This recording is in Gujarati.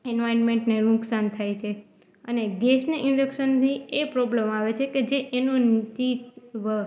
ઇન્વાયર્મેન્ટને નુકસાન થાય છે અને ગેસને ઇન્ડક્શનથી એ પ્રોબ્લમ આવે છે કે જે એનુંથી